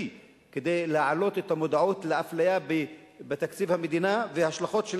כדי להעלות את המודעות לאפליה בתקציב המדינה ולהשלכות של